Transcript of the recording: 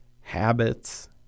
habits